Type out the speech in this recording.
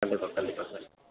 கண்டிப்பாக கண்டிப்பாக கண்